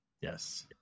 Yes